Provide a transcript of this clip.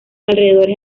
alrededores